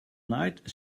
night